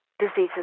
diseases